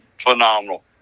phenomenal